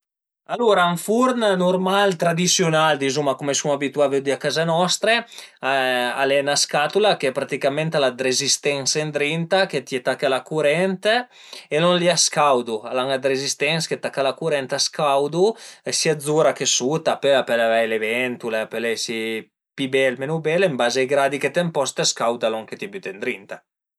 Alura ën furn nurmal, tradisiunal dizuma cume suma abituà a vëddi a ca nostre, al e 'na scatula che praticament al e dë rezistense ëndrinta che t'ie tache a la curent e lon li a scaudu, al an dë rezistense che tache a la curent e a scaudu sia zura che suta, pöi pöle avei le ventule, a pöl esi pi bel o menu bel, ën baze ai gradi che t'emposte a scauda lon che t'ie büte ëndrinta